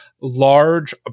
large